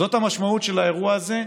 זאת המשמעות של האירוע הזה,